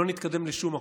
לא נתקדם לשום מקום.